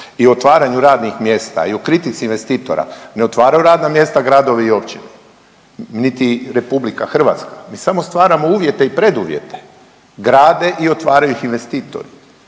i otvaranju radnih mjesta i o kritici investitora, ne otvaraju radna mjesta gradovi i općine, niti RH, mi samo stvaramo uvjete i preduvjete. Grade i otvaraju ih investitori,